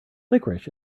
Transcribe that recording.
licorice